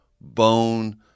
bone